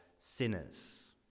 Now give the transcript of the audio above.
sinners